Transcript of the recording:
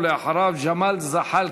אחריו, ג'מאל זחאלקה.